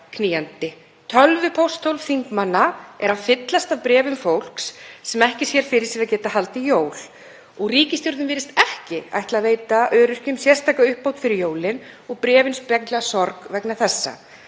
Tölvupósthólf þingmanna eru að fyllast af bréfum frá fólki sem ekki sér fyrir sér að geta haldið jól. Ríkisstjórnin virðist ekki ætla að veita öryrkjum sérstaka uppbót fyrir jólin og bréfin endurspegla sorg vegna þessa.